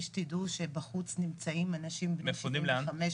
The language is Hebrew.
בחוץ נמצאים אנשים בני שבעים וחמש,